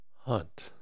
hunt